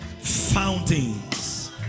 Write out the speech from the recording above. Fountains